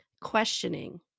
Questioning